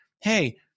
hey